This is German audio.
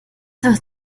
wird